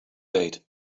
date